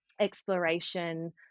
exploration